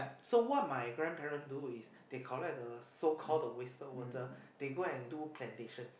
so what my grandparent do is they collect the so call the wasted water they go and do plantation